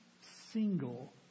single